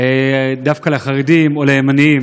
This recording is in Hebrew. דווקא לחרדים או לימנים,